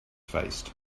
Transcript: faced